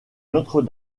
notre